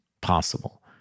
possible